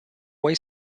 way